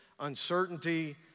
uncertainty